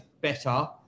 better